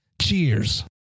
Cheers